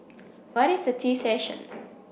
what is a tea session